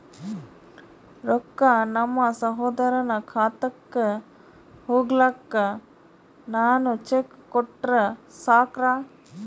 ರೊಕ್ಕ ನಮ್ಮಸಹೋದರನ ಖಾತಕ್ಕ ಹೋಗ್ಲಾಕ್ಕ ನಾನು ಚೆಕ್ ಕೊಟ್ರ ಸಾಕ್ರ?